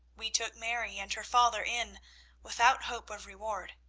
we took mary and her father in without hope of reward.